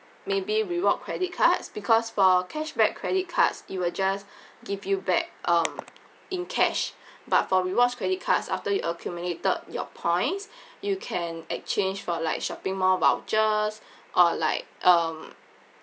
maybe reward credit cards because for cashback credit cards it will just give you back um in cash but for rewards credit cards after you accumulated your points you can exchange for like shopping mall vouchers or like um